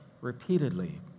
repeatedly